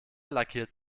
lackiert